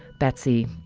betsy,